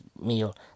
meal